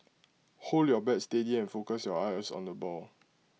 hold your bat steady focus your eyes on the ball